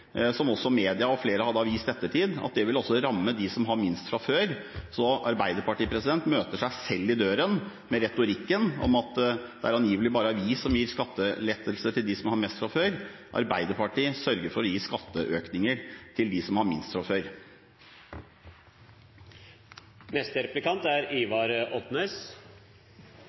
det også vil ramme dem som har minst fra før, så Arbeiderpartiet møter seg selv i døren med retorikken om at det angivelig bare er vi som gir skattelettelser til dem som har mest fra før. Arbeiderpartiet sørger for å gi skatteøkninger til dem som har minst fra før. Det er